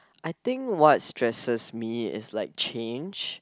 I think what stresses me is like change